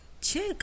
check